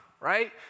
right